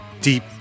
Deep